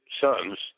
sons